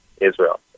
Israel